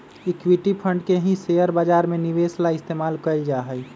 equity fund के ही share बाजार में निवेश ला इस्तेमाल कइल जाहई